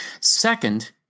Second